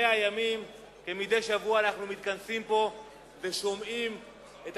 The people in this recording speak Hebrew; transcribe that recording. כמדי שבוע אנחנו מתכנסים פה ושומעים את